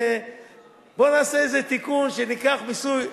שניקח מיסוי,